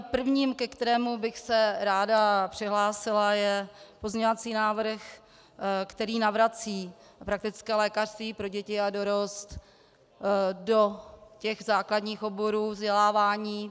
Prvním, ke kterému bych se ráda přihlásila, je pozměňovací návrh, který navrací praktické lékařství pro děti a dorost do základních oborů vzdělávání.